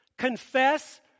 confess